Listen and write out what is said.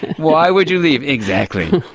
why would you leave, exactly!